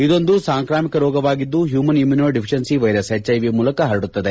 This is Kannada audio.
ಇದೊಂದು ಸಾಂಕ್ರಾಮಿಕ ರೋಗವಾಗಿದ್ದು ಹ್ಚುಮನ್ ಇಮ್ಲುನೋ ಡೆಫಿತಿಯೆನ್ನಿ ವೈರಸ್ ಎಚ್ಐವಿ ಮೂಲಕ ಹರಡುತ್ತದೆ